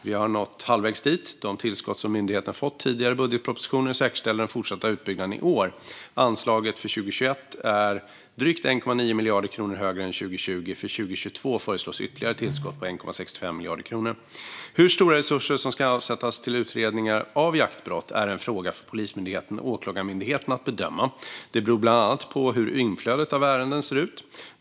Vi har nått halvvägs dit. De tillskott som myndigheten fått i tidigare budgetpropositioner säkerställer den fortsatta utbyggnaden i år. Anslaget för 2021 är drygt 1,9 miljarder kronor högre än 2020. För 2022 föreslås ytterligare tillskott på 1,65 miljarder kronor. Hur stora resurser som ska avsättas till utredningar av jaktbrott är en fråga för Polismyndigheten och Åklagarmyndigheten att bedöma. Det beror bland annat på hur inflödet av ärenden ser ut.